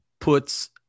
puts